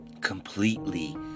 completely